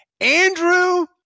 Andrew